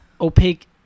opaque